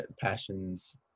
passions